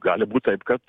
gali būt taip kad